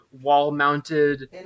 wall-mounted